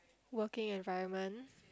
working environment